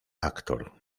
aktor